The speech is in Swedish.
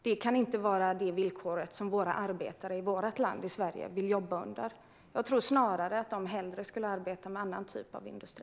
Det kan inte vara de villkor som våra arbetare i vårt land, i Sverige, vill jobba under. Jag tror snarare att de hellre skulle arbeta med annan typ av industri.